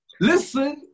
Listen